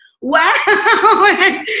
wow